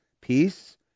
peace